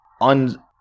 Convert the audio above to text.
on